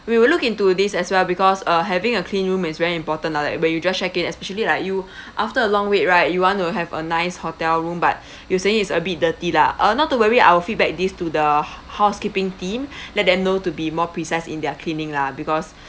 we will look into this as well because uh having a clean room is very important lah like when you just check in especially like you after a long wait right you want to have a nice hotel room but you saying it's a bit dirty lah uh not to worry I'll feedback these to the housekeeping team let them know to be more precise in their cleaning lah because̱